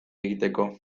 egiteko